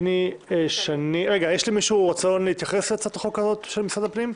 יש למישהו רצון להתייחס להצעת החוק של משרד הפנים?